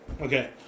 Okay